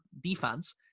defense